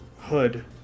hood